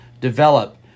develop